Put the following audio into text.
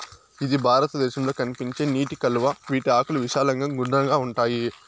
ఇది భారతదేశంలో కనిపించే నీటి కలువ, వీటి ఆకులు విశాలంగా గుండ్రంగా ఉంటాయి